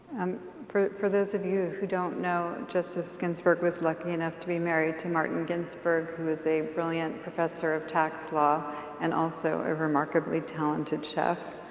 um for for those of you who don't know, justice ginsberg was lucky enough to be married to martin ginsberg who is a brilliant professor of tax law and also a remarkably talented chef.